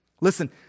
Listen